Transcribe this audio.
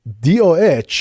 DOH